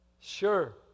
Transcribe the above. Sure